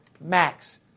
max